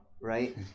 right